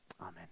Amen